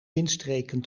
windstreken